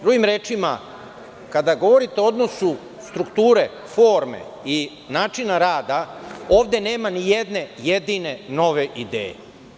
Drugim rečima, kada govorite o odnosu strukture, forme i načina rada, ovde nema ni jedne jedine nove ideje.